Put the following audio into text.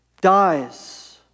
dies